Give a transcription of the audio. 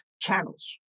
channels